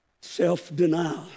Self-denial